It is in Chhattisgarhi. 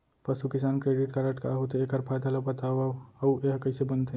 पसु किसान क्रेडिट कारड का होथे, एखर फायदा ला बतावव अऊ एहा कइसे बनथे?